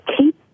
keep